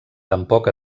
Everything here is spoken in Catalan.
tampoc